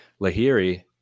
Lahiri